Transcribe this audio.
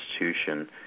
institution